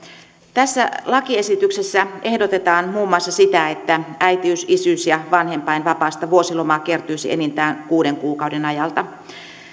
tässä lakiesityksessä ehdotetaan muun muassa sitä että äitiys isyys ja vanhempainvapaista vuosilomaa kertyisi enintään kuuden kuukauden ajalta